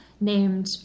named